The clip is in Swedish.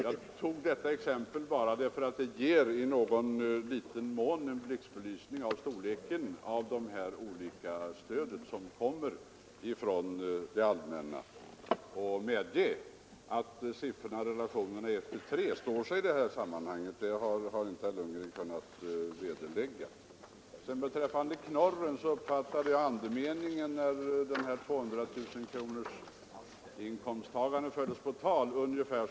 Jag tog exemplet bara därför att det ger i någon ringa mån en blixtbelysning av de olika stöden från det allmänna. Medge att sifferrelationen 1—3 står sig i detta sammanhang — det har herr Lundgren inte kunnat vederlägga. Beträffande knorren uppfattade jag att det var ungefär andemeningen när den här 200 000-kronorsinkomsttagaren fördes på tal.